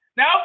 Now